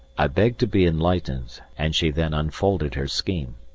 i begged to be enlightened, and she then unfolded her scheme.